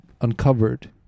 uncovered